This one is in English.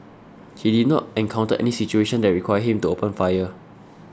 he did not encounter any situation that required him to open fire